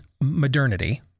modernity